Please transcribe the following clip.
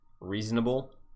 reasonable